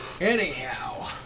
anyhow